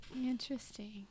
Interesting